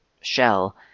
shell